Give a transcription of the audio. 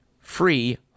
free